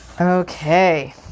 okay